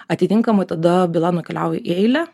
atitinkamai tada byla nukeliauja į eilę